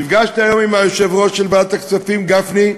נפגשתי היום עם היושב-ראש של ועדת הכספים, גפני,